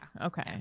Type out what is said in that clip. Okay